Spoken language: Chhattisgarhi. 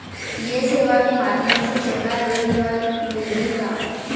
ये सेवा के माध्यम से सोना ऋण हर मिलही का?